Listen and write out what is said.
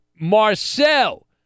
Marcel